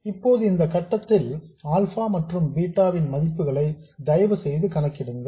இப்போது இந்த கட்டத்தில் ஆல்பா மற்றும் பீட்டா வின் மதிப்புகளை தயவுசெய்து கணக்கிடுங்கள்